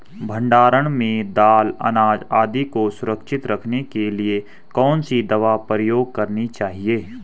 भण्डारण में दाल अनाज आदि को सुरक्षित रखने के लिए कौन सी दवा प्रयोग करनी चाहिए?